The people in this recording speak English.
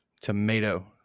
Tomato